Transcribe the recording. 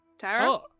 Tara